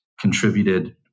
contributed